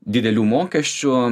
didelių mokesčių